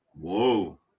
Whoa